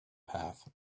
path